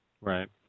right